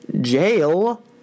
jail